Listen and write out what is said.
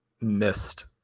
missed